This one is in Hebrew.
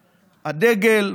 הדגל,